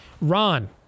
Ron